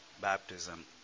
baptism